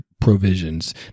provisions